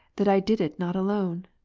that i did it not alone?